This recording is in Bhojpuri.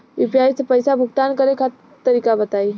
यू.पी.आई से पईसा भुगतान करे के तरीका बताई?